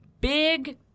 big